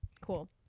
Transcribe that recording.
cool